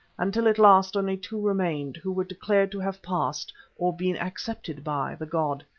until at last only two remained who were declared to have passed or been accepted by the god.